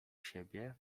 siebie